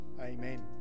amen